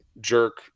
jerk